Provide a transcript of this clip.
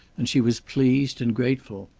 and she was pleased and grateful.